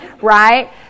right